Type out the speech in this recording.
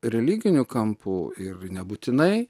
religiniu kampu ir nebūtinai